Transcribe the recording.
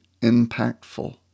impactful